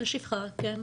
של שפחה, כן.